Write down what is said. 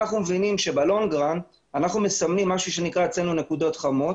אנחנו מבינים שבטווח הארוך אנחנו מסמנים משהו שנקרא אצלנו נקודות חמות,